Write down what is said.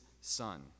son